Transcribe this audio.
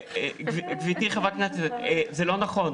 גברתי חברת הכנסת, זה לא נכון.